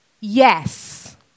Yes